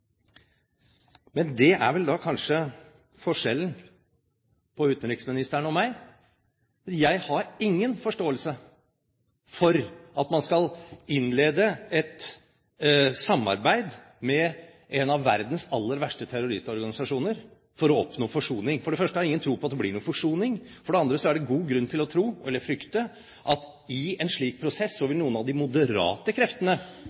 Det er vel kanskje forskjellen på utenriksministeren og meg, at jeg har ingen forståelse for at man skal innlede et samarbeid med en av verdens aller verste terroristorganisasjoner for å oppnå forsoning. For det første har jeg ingen tro på at det blir noen forsoning, for det andre er det god grunn til å tro – eller frykte – at i en slik prosess vil noen av de moderate kreftene